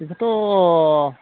बेखौथ'